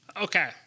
Okay